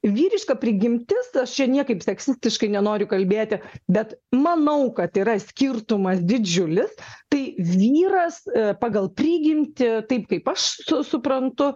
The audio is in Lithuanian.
vyriška prigimtis aš čia niekaip seksistiškai nenoriu kalbėti bet manau kad yra skirtumas didžiulis tai vyras pagal prigimtį taip kaip aš suprantu